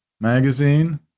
magazine